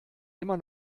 immer